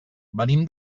venim